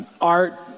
art